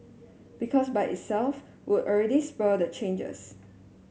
because by itself would already spur the changes